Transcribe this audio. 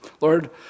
Lord